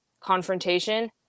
confrontation